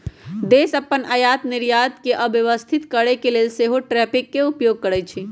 देश अप्पन आयात निर्यात के व्यवस्थित करके लेल सेहो टैरिफ के उपयोग करइ छइ